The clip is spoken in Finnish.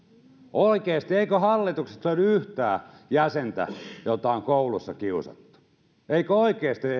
oikeasti eikö hallituksesta löydy yhtään jäsentä jota on koulussa kiusattu eikö oikeasti